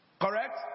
correct